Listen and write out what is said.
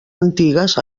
antigues